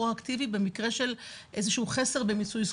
פרואקטיבי במקרה של איזשהו חסר במיצוי זכויות.